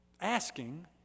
asking